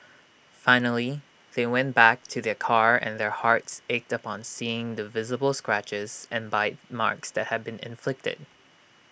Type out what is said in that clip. finally they went back to their car and their hearts ached upon seeing the visible scratches and bite marks that had been inflicted